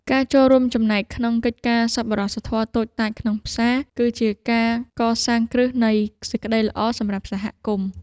ការចូលរួមចំណែកក្នុងកិច្ចការសប្បុរសធម៌តូចតាចក្នុងផ្សារ គឺជាការកសាងគ្រឹះនៃសេចក្ដីល្អសម្រាប់សហគមន៍។